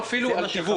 אפילו התיווך,